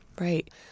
Right